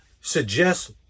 Suggest